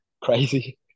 crazy